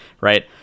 right